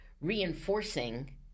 reinforcing